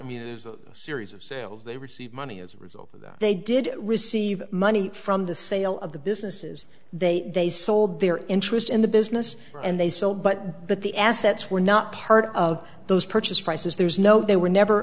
is a series of sales they receive money as a result of that they did receive money from the sale of the businesses they they sold their interest in the business and they sold but but the assets were not part of those purchase prices there was no they were never